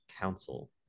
Council